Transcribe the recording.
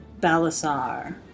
Balasar